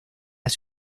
las